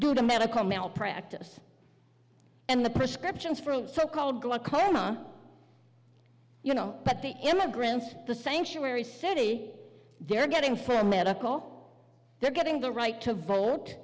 to medical malpractise and the prescriptions for so called glaucoma you know but the immigrants the sanctuary city they're getting for medical they're getting the right to vote